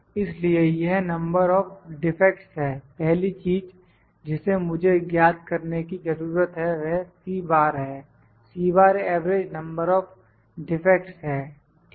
इसलिए यह number of defects है पहली चीज जिसे मुझे ज्ञात करने की जरूरत है वह है एवरेज नंबर ऑफ डिफेक्ट्स है ठीक है